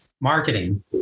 marketing